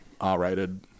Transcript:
R-rated